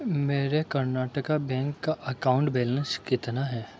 میرے کرناٹکا بینک کا account balance کتنا ہے